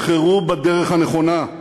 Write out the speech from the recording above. בחרו בדרך הנכונה,